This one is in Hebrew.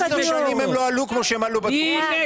שנים המחירים לא עלו כמו שהם עלו בתקופה שלכם.